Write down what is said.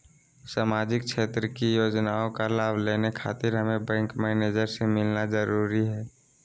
सामाजिक क्षेत्र की योजनाओं का लाभ लेने खातिर हमें बैंक मैनेजर से मिलना जरूरी है?